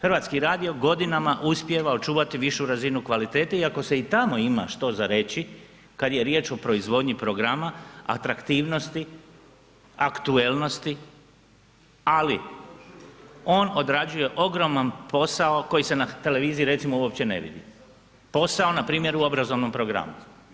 Hrvatski radio godinama uspijeva očuvati višu razinu kvalitete iako se i tamo ima što za reći kada je riječ o proizvodnji programa, atraktivnosti, aktualnosti, ali on odrađuje ogroman posao koji se na televiziji recimo uopće ne vidi, posao npr. u obrazovnom programu.